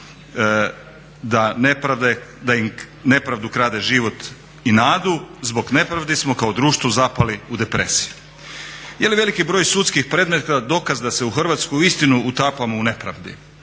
da nepravda krade život i nadu, zbog nepravdi smo kao društvo zapali u depresiju. Je li veliki broj sudskih predmeta dokaz da se u Hrvatskoj uistinu utapamo u nepravdi?